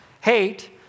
Hate